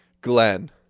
Glenn